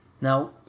Now